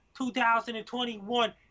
2021